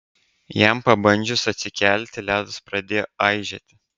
jam pabandžius atsikelti ledas pradėjo aižėti